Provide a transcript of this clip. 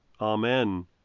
Amen